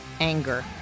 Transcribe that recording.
anger